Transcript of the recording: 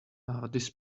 this